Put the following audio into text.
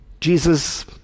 Jesus